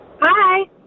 Hi